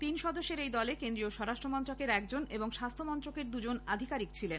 তিন সদস্যের এই দলে কেন্দ্রীয় স্বরাষ্ট্রমন্ত্রকের একজন এবং স্বাস্হ্যমন্ত্রকের দু জন আধিকারিক ছিলেন